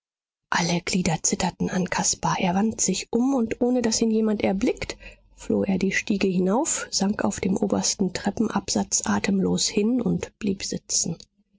alle glieder zitterten an caspar er wandte sich um und ohne daß ihn jemand erblickt floh er die stiege hinauf sank auf dem obersten treppenabsatz atemlos hin und blieb sitzen